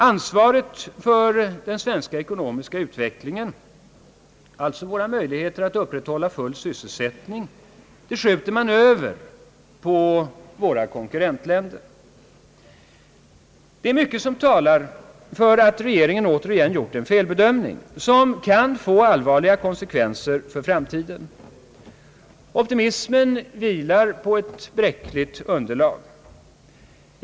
Ansvaret för den svenska ekonomiska utvecklingen, våra möjligheter att upprätthålla full sysselsättning, skjuter man över på våra konkurrentländer. Det är mycket som talar för att regeringen återigen har gjort en felbedömning, som kan få allvarliga konsekvenser för framtiden. Optimismen vilar på ett bräckligt underlag.